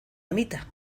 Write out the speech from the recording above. amita